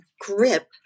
grip